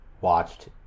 watched